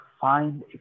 find